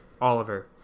Oliver